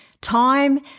time